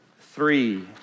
three